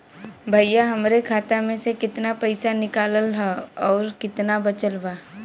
भईया हमरे खाता मे से कितना पइसा निकालल ह अउर कितना बचल बा?